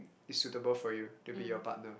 is suitable for you to be your partner